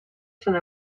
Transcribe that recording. sant